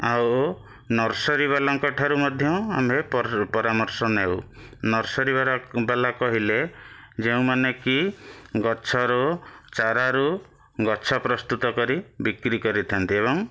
ଆଉ ନର୍ସରୀ ବାଲାଙ୍କଠାରୁ ମଧ୍ୟ ଆମ୍ଭେ ପର ପରାମର୍ଶ ନେଉ ନର୍ସରୀ ବାଲା ବାଲା କହିଲେ ଯେଉଁମାନେକି ଗଛରୁ ଚାରାରୁ ଗଛ ପ୍ରସ୍ତୁତ କରି ବିକ୍ରୀ କରିଥାନ୍ତି ଏବଂ